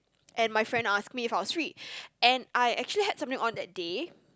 and my friend asked me if I was free and I actually have something on that day